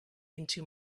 into